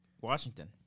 Washington